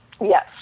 Yes